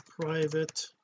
private